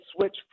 switch